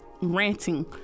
ranting